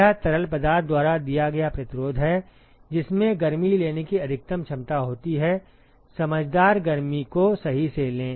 यह तरल पदार्थ द्वारा दिया गया प्रतिरोध है जिसमें गर्मी लेने की अधिकतम क्षमता होती है समझदार गर्मी को सही से लें